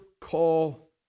call